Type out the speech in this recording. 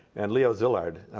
and leo szilard,